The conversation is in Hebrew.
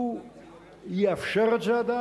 הוא יאפשר את זה עדיין,